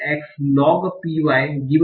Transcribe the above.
x log P y